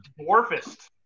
dwarfist